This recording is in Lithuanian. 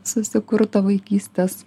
susikurto vaikystės